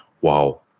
Wow